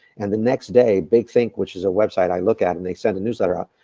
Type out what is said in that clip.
and the next day, big think, which is a website i look at, and they sent a newsletter out.